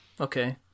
Okay